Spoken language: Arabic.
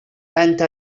أنت